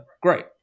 great